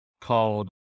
called